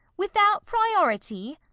without priority?